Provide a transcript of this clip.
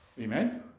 Amen